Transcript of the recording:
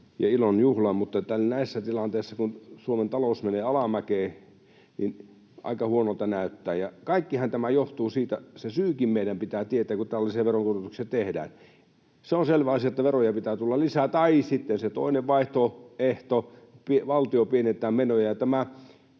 ilon juhla, mutta näissä tilanteissa, kun Suomen talous menee alamäkeä, aika huonolta näyttää. Kaikkihan tämä johtuu siitä — se syykin meidän pitää tietää, kun tällaisia veronkorotuksia tehdään. Se on selvä asia, että veroja pitää tulla lisää, tai sitten on se toinen vaihtoehto: valtio pienentää menoja.